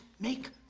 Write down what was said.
make